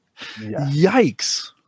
Yikes